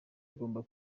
ugomba